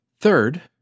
Third